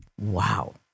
Wow